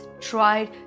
tried